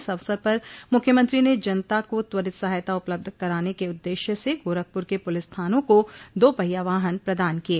इस अवसर पर मुख्यमंत्री ने जनता को त्वरित सहायता उपलब्ध कराने के उद्देश्य से गोरखपुर के पुलिस थानों को दो पहिया वाहन प्रदान किये